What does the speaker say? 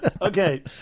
Okay